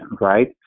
right